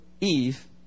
Eve